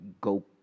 go